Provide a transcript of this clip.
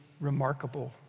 remarkable